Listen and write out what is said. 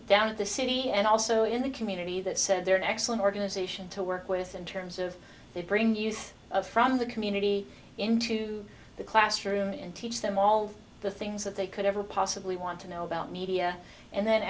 down at the city and also in the community that said they're an excellent organization to work with in terms of they bring youth from the community into the classroom and teach them all the things that they could ever possibly want to know about media and then